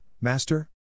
Master